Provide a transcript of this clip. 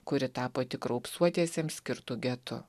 kuri tapo tik raupsuotiesiems skirtu getu